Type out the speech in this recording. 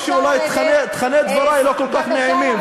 או שאולי תוכני דברי לא כל כך נעימים,